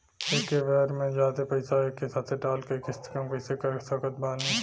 एके बार मे जादे पईसा एके साथे डाल के किश्त कम कैसे करवा सकत बानी?